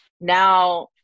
now